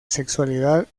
sexualidad